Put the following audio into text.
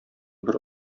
бер